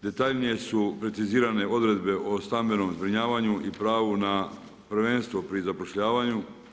Detaljnije su precizirane odredbe o stambenom zbrinjavanju i pravu na prvenstvu pri zapošljavanju.